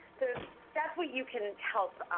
sort of that's what you can help